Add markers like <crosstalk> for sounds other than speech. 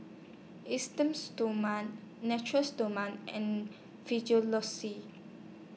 Esteem Stoma Nature Stoma and <unintelligible>